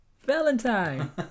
Valentine